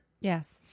Yes